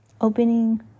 opening